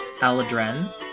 Aladren